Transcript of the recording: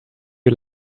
you